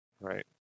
right